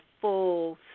full